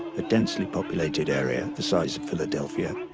a densely populated area the size of philadelphia,